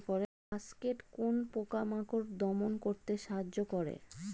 Cascade কোন পোকা মাকড় দমন করতে সাহায্য করে?